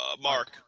Mark